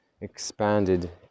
expanded